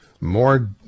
more